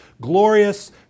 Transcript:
glorious